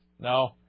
No